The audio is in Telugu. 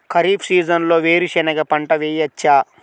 ఖరీఫ్ సీజన్లో వేరు శెనగ పంట వేయచ్చా?